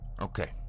Okay